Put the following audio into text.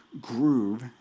groove